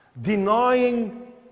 denying